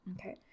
okay